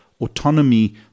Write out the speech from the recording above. autonomy